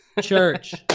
church